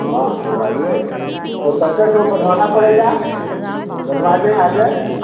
हाँ तो आइए तो कै कै ठो बंधवाना पड़ेगा बंधवा दें आ जाएँ